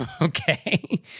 Okay